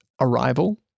arrival